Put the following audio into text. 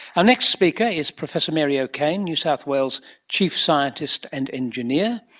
our next speaker is professor mary o'kane, new south wales chief scientist and engineer.